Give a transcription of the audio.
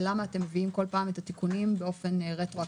ולמה אתם מביאים כל פעם את התיקונים באופן רטרואקטיבי,